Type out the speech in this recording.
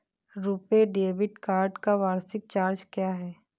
RuPay debit card का वार्षिक charge क्या है?